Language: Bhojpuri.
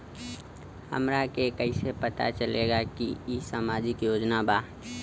हमरा के कइसे पता चलेगा की इ सामाजिक योजना बा?